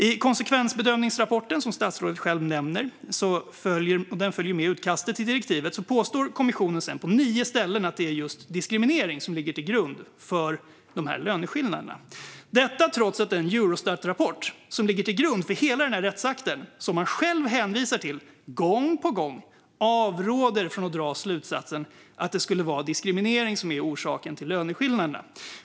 I konsekvensbedömningsrapporten, som statsrådet själv nämnde och som följer med utkastet till direktiv, påstår kommissionen på nio ställen att det är just diskriminering som ligger till grund för löneskillnaderna, detta trots att den Eurostatrapport som ligger till grund för hela rättsakten och som man själv hänvisar till gång på gång avråder från att dra slutsatsen att det skulle vara diskriminering som är orsaken till löneskillnaderna.